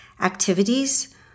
activities